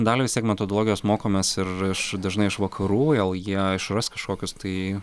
dalį vis tiek metodologijos mokomės ir iš dažnai iš vakarų gal jie išras kažkokius tai